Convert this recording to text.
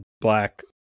Black